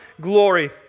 glory